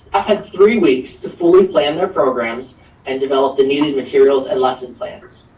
i had three weeks to fully plan their programs and develop the needed materials and lesson plans.